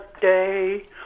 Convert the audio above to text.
day